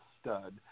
stud